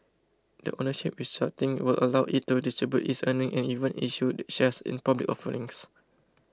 the ownership restructuring will allow it to distribute its earnings and even issue shares in public offerings